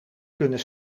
kunnen